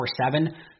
24/7